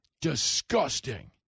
disgusting